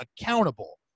accountable